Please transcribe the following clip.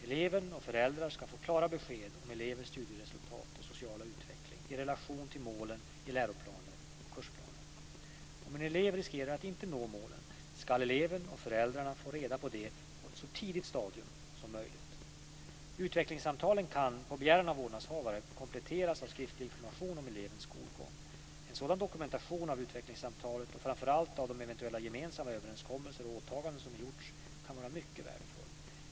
Eleven och föräldrarna ska få klara besked om elevens studieresultat och sociala utveckling i relation till målen i läroplaner och kursplaner. Om en elev riskerar att inte nå målen ska eleven och föräldrarna få reda på det på ett så tidigt stadium som möjligt. Utvecklingssamtalet kan, på begäran av vårdnadshavare, kompletteras av en skriftlig information om elevens skolgång. En sådan dokumentation av utvecklingssamtalet och framför allt av de eventuella gemensamma överenskommelser och åtaganden som gjorts kan vara mycket värdefull.